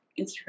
Instagram